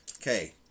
Okay